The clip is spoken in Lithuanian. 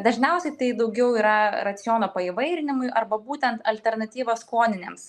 dažniausiai tai daugiau yra raciono paįvairinimui arba būtent alternatyva skoninėms